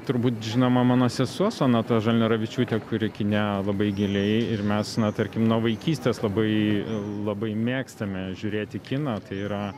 turbūt žinoma mano sesuo sonata žalneravičiūtė kuri kine labai giliai ir mes na tarkim nuo vaikystės labai labai mėgstame žiūrėti kiną tai yra